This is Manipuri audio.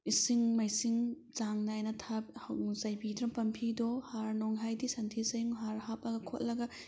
ꯏꯁꯤꯡ ꯃꯥꯏꯁꯤꯡ ꯆꯥꯡ ꯅꯥꯏꯅ ꯆꯥꯏꯕꯤꯗ꯭ꯔꯥ ꯄꯥꯝꯕꯤꯗꯣ ꯍꯥꯔ ꯅꯨꯡ ꯍꯥꯏꯗꯤ ꯁꯟꯊꯤ ꯁꯟꯌꯨꯡ ꯍꯥꯔ ꯍꯥꯞꯄꯒ ꯈꯣꯠꯂꯒ